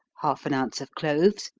half an ounce of cloves,